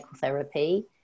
therapy